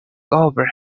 over